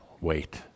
wait